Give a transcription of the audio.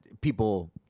People